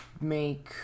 make